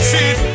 See